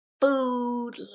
food